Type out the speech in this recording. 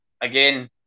again